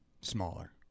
Smaller